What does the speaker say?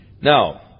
Now